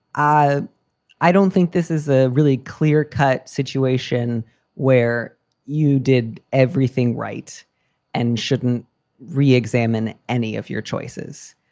i i don't think this is a really clear cut situation where you did everything right and shouldn't reexamine any of your choices.